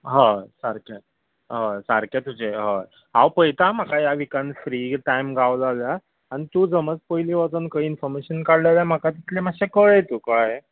हय सारकें हय सारकें तुजें हय हांव पळयतां म्हाका ह्या विकान फ्री टायम गावलो जाल्यार आनी तूं समज पयलीं वचून खंय इन्फोर्मेशन काडलें जाल्यार म्हाका तितलें मातशें कळय तूं कळ्ळें